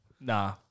Nah